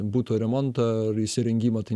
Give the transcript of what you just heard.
buto remontą įsirengimą tai